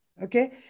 Okay